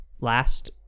last